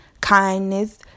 kindness